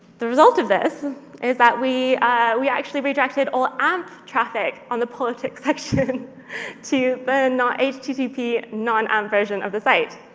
the result of this is that we we actually rejected all amp traffic on the politics section to but and the not-http, non-amp version of the site.